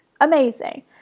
amazing